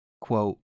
quote